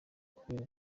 kubera